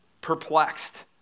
perplexed